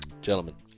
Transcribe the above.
Gentlemen